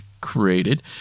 created